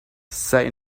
say